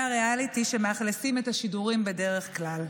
הריאליטי שמאכלסים את השידורים בדרך כלל.